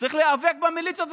וצריך להיאבק במיליציות.